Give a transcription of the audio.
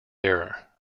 error